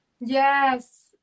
Yes